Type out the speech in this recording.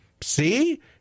see